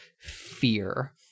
fear